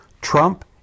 Trump